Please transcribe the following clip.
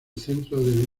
centro